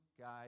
guys